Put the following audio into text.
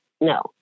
No